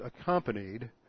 accompanied